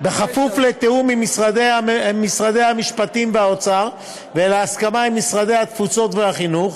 למבקר המדינה אין סמכות פלילית.